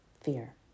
fear